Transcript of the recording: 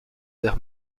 der